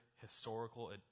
historical